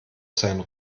seinen